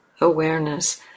awareness